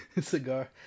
Cigar